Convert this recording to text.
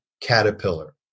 caterpillar